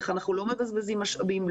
איך אנחנו לא בזבזים משאבים,